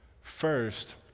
First